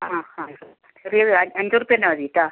ആ ആ ചെറിയത് അഞ്ച് റുപ്യേൻ്റെ മത്ഇ കേട്ടോ